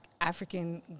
African